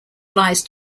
lies